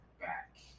back